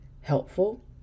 helpful